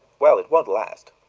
well, it won't last,